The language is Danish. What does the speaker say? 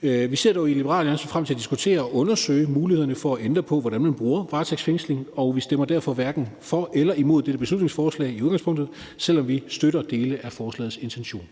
Vi ser dog i Liberal Alliance frem til at diskutere og undersøge mulighederne for at ændre på, hvordan man bruger varetægtsfængsling, og vi stemmer derfor i udgangspunktet hverken for eller imod dette beslutningsforslag, selv om vi støtter dele af forslagets intention.